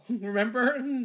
remember